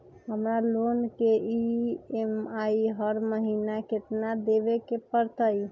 हमरा लोन के ई.एम.आई हर महिना केतना देबे के परतई?